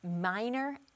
Minor